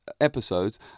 episodes